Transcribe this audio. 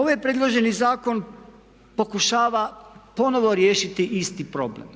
Ovaj predloženi zakon pokušava ponovno riješiti isti problem,